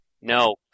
No